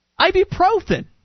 Ibuprofen